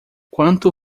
quanto